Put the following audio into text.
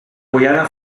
guyana